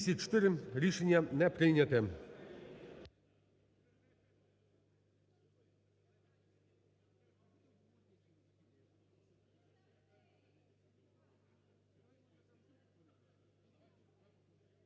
Рішення не прийнято.